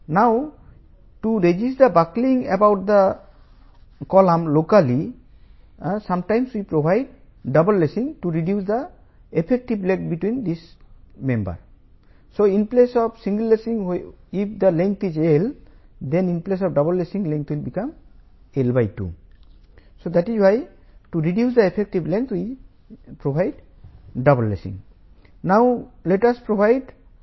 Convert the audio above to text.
connecting system double lacing system ను 45° వద్ద inclined గా ఉన్న లేసింగ్ ఫ్లాట్ తో పెడదాము